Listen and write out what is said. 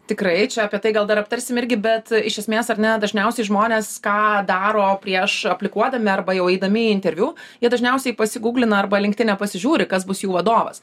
tikrai čia apie tai gal dar aptarsim irgi bet iš esmės ar ne dažniausiai žmonės ką daro prieš aplikuodami arba jau eidami į interviu jie dažniausiai pasigūglinau arba liktine pasižiūri kas bus jų vadovas